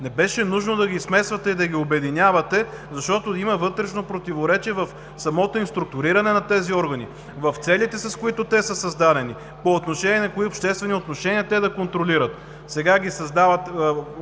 Не беше нужно да ги смесвате и да ги обединявате, защото има вътрешно противоречие в самото структуриране на тези органи, в целите, с които те са създадени, по отношение на кои обществени отношения те да контролират. Сега ги обединявате